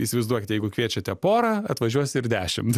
įsivaizduokit jeigu kviečiate porą atvažiuos ir dešimt